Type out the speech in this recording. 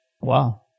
Wow